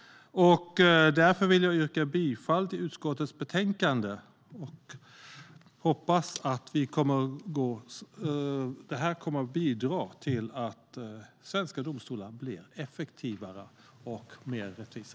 Därför yrkar jag bifall till förslaget i utskottets betänkande. Jag hoppas att detta kommer att bidra till att svenska domstolar blir effektivare och mer rättvisa.